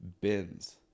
bins